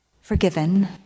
forgiven